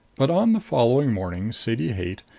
but on the following morning sadie haight,